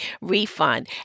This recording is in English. refund